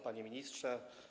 Panie Ministrze!